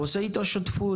הוא עושה איתו שותפות.